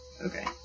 Okay